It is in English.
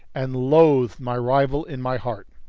and loathed my rival in my heart.